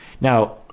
Now